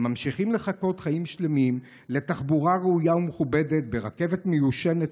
הם ממשיכים לחכות חיים שלמים לתחבורה ראויה ומכבדת ברכבת מיושנת,